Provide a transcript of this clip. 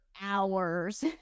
hours